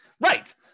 Right